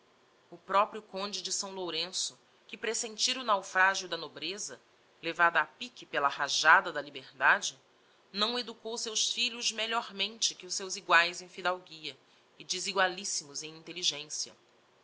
o proprio conde de s lourenço que presentira o naufragio da nobreza levada a pique pela rajada da liberdade não educou seus filhos melhormente que os seus iguaes em fidalguia e desigualissimos em intelligencia